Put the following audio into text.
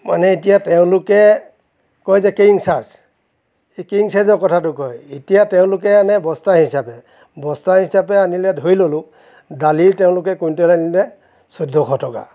মানে এতিয়া তেওঁলোকে কয় যে কেৰিং চাৰ্চ এই কেৰিং চাৰ্জৰ কথাটো কয় এতিয়া তেওঁলোকে আনে বস্তা হিচাপে বস্তা হিচাপে আনিলে ধৰি ললো দালিৰ তেওঁলোকে কুইন্টল আনিলে চৈধ্য়শ টকা